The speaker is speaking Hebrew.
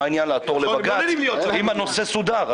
מה העניין לעתור לבג"ץ אם הנושא סודר?